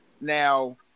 Now